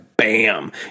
Bam